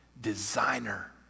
designer